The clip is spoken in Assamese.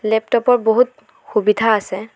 লেপটপৰ বহুত সুবিধা আছে